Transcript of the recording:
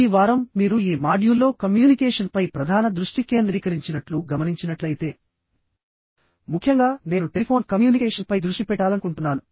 ఈ వారం మీరు ఈ మాడ్యూల్లో కమ్యూనికేషన్పై ప్రధాన దృష్టి కేంద్రీకరించినట్లు గమనించినట్లయితే ముఖ్యంగా నేను టెలిఫోన్ కమ్యూనికేషన్పై దృష్టి పెట్టాలనుకుంటున్నాను